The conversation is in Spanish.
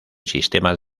sistemas